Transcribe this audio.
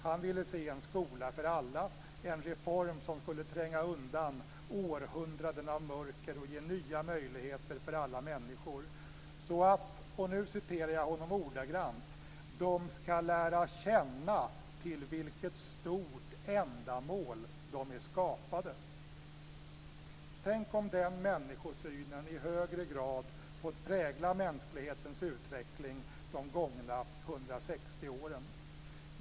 Han ville se en skola för alla, en reform som skulle tränga undan århundraden av mörker och ge nya möjligheter för alla människor för att - och nu citerar jag honom ordagrant - "de ska lära känna till vilket stort ändamål de är skapade". Tänk om den människosynen i högre grad hade fått prägla mänsklighetens utveckling under de gångna 160 åren!